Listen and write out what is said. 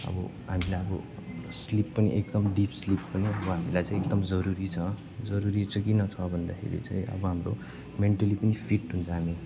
अब हामीलाई अब स्लिप पनि एकदम डिप स्लिप पनि अब हामीलाई चाहिँ एकदम जरुरी छ जरुरी चाहिँ किन छ भन्दाखेरि चाहिँ अब हाम्रो मेन्टली पनि फिट हुन्छ हामी